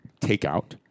Takeout